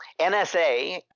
NSA